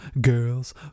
girls